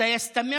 להלן